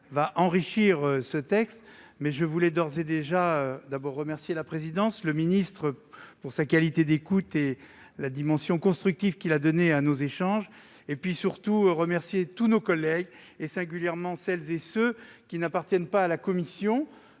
a enrichi ce texte. En attendant, je veux d'ores et déjà remercier la présidence, le ministre pour sa qualité d'écoute et la dimension constructive qu'il a donnée à nos échanges et, surtout, nos collègues, singulièrement celles et ceux qui n'appartiennent pas à la commission